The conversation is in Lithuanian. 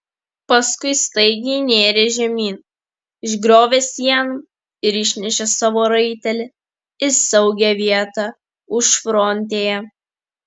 paskui staigiai nėrė žemyn išgriovė sieną ir išnešė savo raitelį į saugią vietą užfrontėje